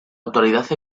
autoridad